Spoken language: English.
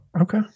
Okay